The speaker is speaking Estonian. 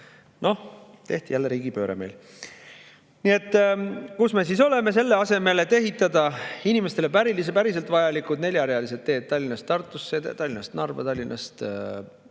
noh, tehti meil jälle riigipööre. Kus me siis oleme? Selle asemel et ehitada inimestele päriselt vajalikud neljarealised teed Tallinnast Tartusse, Tallinnast Narva, Tallinnast